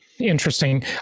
Interesting